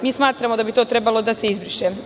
Mi smatramo da bi to trebalo da se izbriše.